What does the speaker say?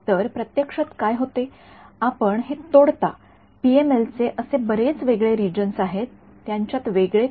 तर प्रत्यक्षात काय होते आपण हे तोडता पीएमएल चे असे बरेच वेगळे रीजन्स आहेत त्यांच्यात वेगळे आहे काय